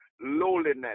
lowliness